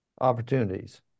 opportunities